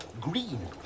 green